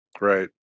Right